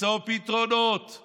למצוא פתרונות כך